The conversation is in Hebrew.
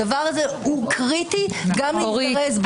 הדבר הזה הוא קריטי גם להזדרז בו.